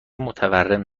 متورم